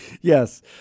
Yes